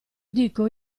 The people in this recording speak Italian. dico